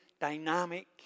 dynamic